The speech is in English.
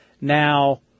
Now